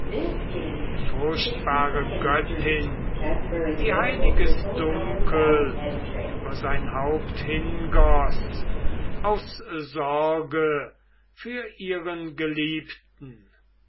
die furchtbare göttin die heiliges dunkel über sein haupt hingoß aus sorge für ihren geliebten